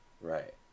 Right